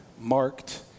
marked